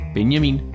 Benjamin